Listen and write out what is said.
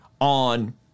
on